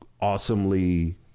awesomely